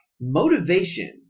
motivation